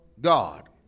God